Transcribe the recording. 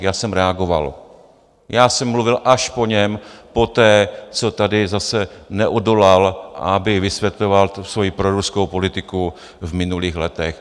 Já jsem reagoval, já jsem mluvil až po něm poté, co tady zase neodolal, aby vysvětloval svoji proruskou politiku v minulých letech.